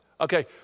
Okay